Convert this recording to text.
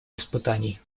испытаний